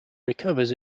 recovers